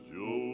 Joe